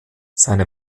seine